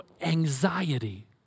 anxiety